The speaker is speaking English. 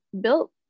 built